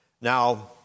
Now